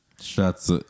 Shots